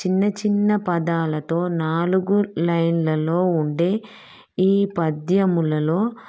చిన్న చిన్న పదాలతో నాలుగు లైన్లలో ఉండే ఈపద్యములలో